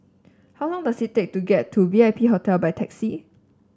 how long does it take to get to V I P Hotel by taxi